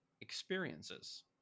experiences